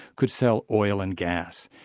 could sell oil and gas.